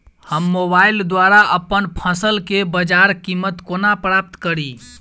हम मोबाइल द्वारा अप्पन फसल केँ बजार कीमत कोना प्राप्त कड़ी?